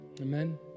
amen